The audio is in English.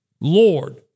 Lord